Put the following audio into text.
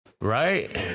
Right